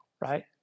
right